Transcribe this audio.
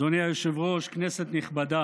אדוני היושב-ראש, כנסת נכבדה,